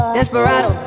Desperado